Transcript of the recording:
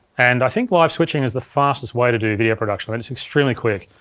and i think live switching is the fastest way to do video production. it is extremely quick.